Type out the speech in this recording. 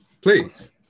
please